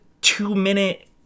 two-minute